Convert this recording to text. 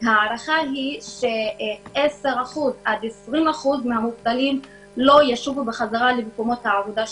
ההערכה היא ש-10% עד 20% מהמובטלים לא ישובו למקומות עבודתם